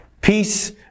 Peace